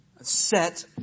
set